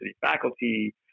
faculty